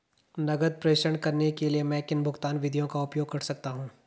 नकद प्रेषण करने के लिए मैं किन भुगतान विधियों का उपयोग कर सकता हूँ?